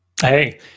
Hey